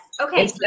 Okay